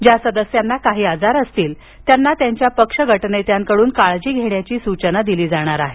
ज्या सदस्यांना काही आजार असतील त्यांना त्यांच्या पक्ष गट नेत्यांकडून काळजी घेण्याची सूचना दिली जाणार आहे